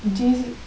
J_C